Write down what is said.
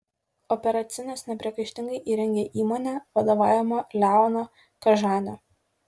operacines nepriekaištingai įrengė įmonė vadovaujama leono kažanio